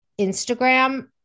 Instagram